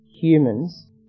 humans